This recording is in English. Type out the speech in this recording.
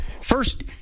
First